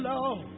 Lord